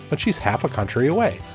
but she's half a country away.